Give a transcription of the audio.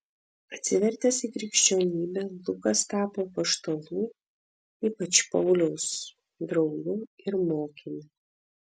atsivertęs į krikščionybę lukas tapo apaštalų ypač pauliaus draugu ir mokiniu